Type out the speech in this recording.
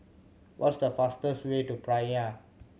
what's the fastest way to Praia